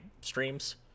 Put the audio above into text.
streams